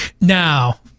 Now